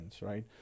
Right